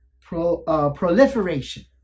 proliferation